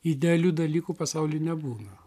idealių dalykų pasauly nebūna